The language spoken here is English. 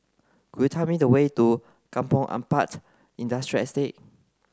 could you tell me the way to Kampong Ampat Industrial Estate